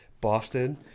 Boston